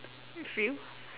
I feel